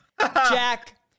Jack